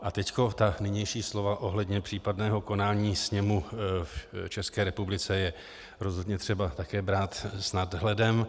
A teď ta nynější slova ohledně případného konání sněmu v České republice je rozhodně třeba také brát s nadhledem.